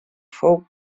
fou